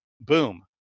Boom